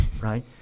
right